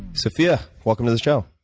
sophia, welcome to the show.